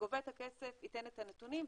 שגובה את הכסף וייתן את הנתונים,